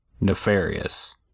nefarious